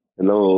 Hello